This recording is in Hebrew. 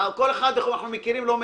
אנחנו מכירים לא מאתמול,